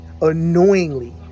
annoyingly